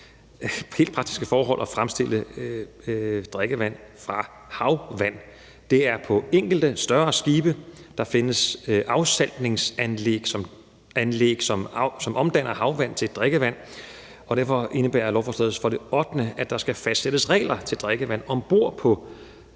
helt praktiske forhold at fremstille drikkevand fra havvand. Det er på enkelte større skibe. Der findes afsaltningsanlæg, som omdanner havvand til drikkevand, og derfor indebærer lovforslaget for det ottende, at der skal fastsættes regler for drikkevand om bord på